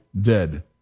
dead